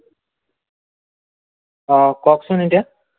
অ' কওকচোন এতিয়া